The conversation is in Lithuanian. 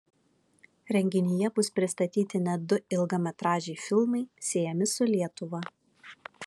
renginyje bus pristatyti net du ilgametražiai filmai siejami su lietuva